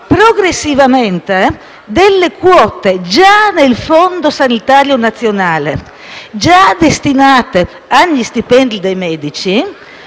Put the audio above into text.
progressivamente alcune quote già nel Fondo sanitario nazionale e già destinate agli stipendi dei medici